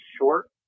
short